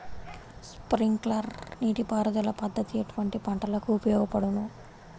Sprinkler నీటిపారుదల పద్దతి ఎటువంటి పంటలకు ఉపయోగపడును?